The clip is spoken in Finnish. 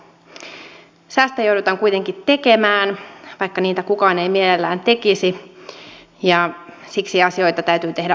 säästöjä joudutaan kuitenkin tekemään vaikka niitä kukaan ei mielellään tekisi ja siksi asioita täytyy tehdä uudella tavalla